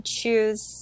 choose